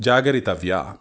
जागरितव्या